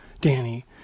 Danny